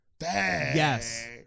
Yes